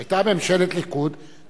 זה היה בממשלת הליכוד בראשות שרון.